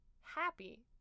happy